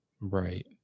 Right